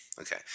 Okay